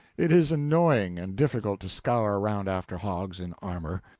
it is annoying and difficult to scour around after hogs, in armor.